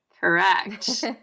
correct